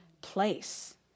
place